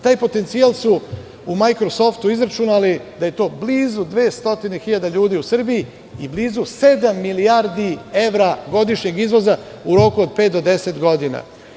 Taj potencijal su u „Majkrosoftu“ izračunali da je to blizu dve stotine hiljada ljudi u Srbiji i blizu sedam milijarde evra godišnjeg izvoza u roku od pet do 10 godina.